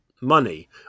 money